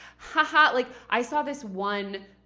ha ha. like i saw this one